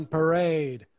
Parade